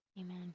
Amen